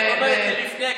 אומרת לי לפני,